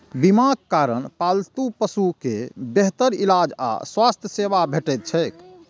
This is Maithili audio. बीमाक कारण पालतू पशु कें बेहतर इलाज आ स्वास्थ्य सेवा भेटैत छैक